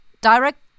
Direct